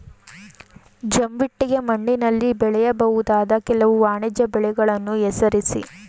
ಜಂಬಿಟ್ಟಿಗೆ ಮಣ್ಣಿನಲ್ಲಿ ಬೆಳೆಯಬಹುದಾದ ಕೆಲವು ವಾಣಿಜ್ಯ ಬೆಳೆಗಳನ್ನು ಹೆಸರಿಸಿ?